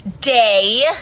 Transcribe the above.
day